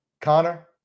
Connor